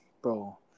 bro